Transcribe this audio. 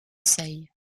seille